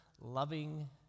loving